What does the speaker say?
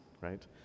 right